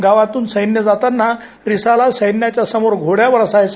गावातून सैन्य जाताना रिसाला सैन्याच्या समोर घोडय़ावर असायचा